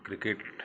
cricket